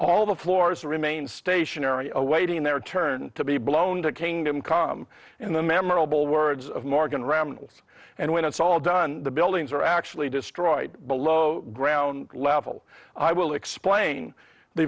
all the floors to remain stationary awaiting their turn to be blown to kingdom come in the memorable words of morgan ram and when it's all done the buildings are actually destroyed below ground level i will explain the